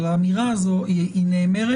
אבל האמירה הזאת היא נאמרת?